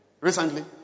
recently